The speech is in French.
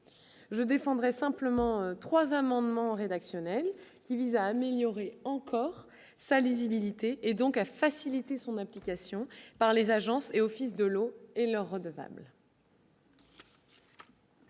Je défendrai simplement 3 amendements rédactionnels qui vise à améliorer encore sa lisibilité et donc à faciliter son application par les agences et fils de l'eau et leur redevables.